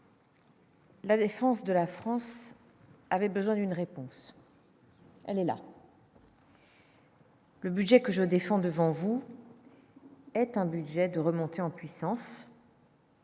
La défense de la France avait besoin d'une réponse, elle est là. Le budget que je défends devant vous. être un budget de remontée en puissance.